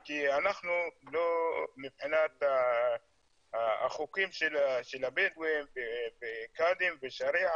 כי אנחנו מבחינת החוקים של הבדואים וקאדים ושריעה,